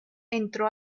entró